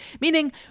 Meaning